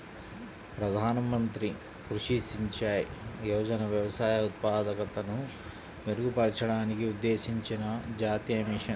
ప్రధాన మంత్రి కృషి సించాయ్ యోజన వ్యవసాయ ఉత్పాదకతను మెరుగుపరచడానికి ఉద్దేశించిన జాతీయ మిషన్